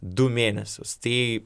du mėnesius tai